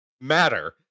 matter